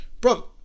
bro